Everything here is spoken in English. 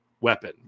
weapon